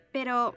Pero